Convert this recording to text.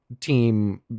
team